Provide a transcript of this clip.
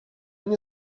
nie